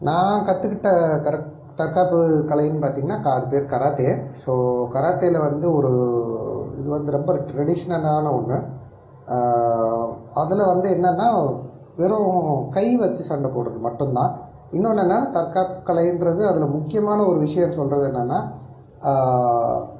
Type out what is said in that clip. நான் கற்றுக்கிட்ட கரத் தற்காப்பு கலைன்னு பார்த்திங்கனா கா அதுப்பேர் கராத்தே ஸோ கராத்தேவில் வந்து ஒரு இதுவந்து ரொம்ப ட்ரெடிஷ்னலான ஒன்று அதில் வந்து என்னென்னால் வெறும் கை வச்சு சண்டை போடுவது மட்டும் தான் இன்னொன்று என்னென்னால் தற்காப்பு கலைன்றது அதுல முக்கியமான ஒரு விஷயம் சொல்வது என்னான்னால்